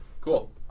Cool